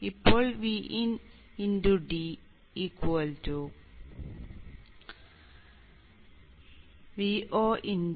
ഇപ്പോൾ dVod